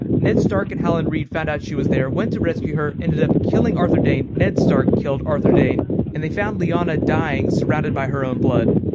ned stark and howland reed found out she was there, went to rescue her, ended up killing arthur dayne ned stark killed arthur dayne and they found lyanna dying, surrounded by her own blood.